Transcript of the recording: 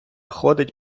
ходить